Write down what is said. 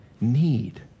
need